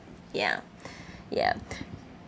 ya yup